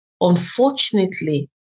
Unfortunately